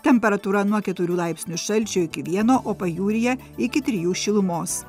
temperatūra nuo keturių laipsnių šalčio iki vieno o pajūryje iki trijų šilumos